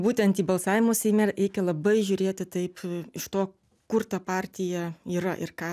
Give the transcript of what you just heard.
būtent į balsavimus seime reikia labai žiūrėti taip iš to kur ta partija yra ir ką